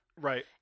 Right